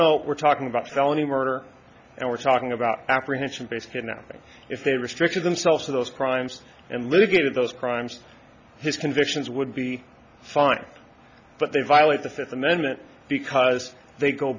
no we're talking about felony murder and we're talking about apprehension based you know if they restricted themselves to those crimes and look at those crimes his convictions would be fine but they violate the fifth amendment because they go